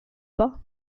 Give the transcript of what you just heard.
pas